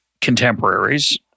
contemporaries